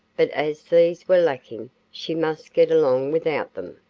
but as these were lacking she must get along without them,